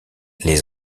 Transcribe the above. les